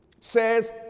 says